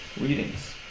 readings